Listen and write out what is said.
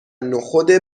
نخود